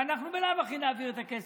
ואנחנו בלאו הכי נעביר את הכסף.